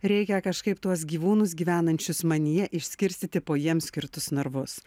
reikia kažkaip tuos gyvūnus gyvenančius manyje išskirstyti po jiems skirtus narvus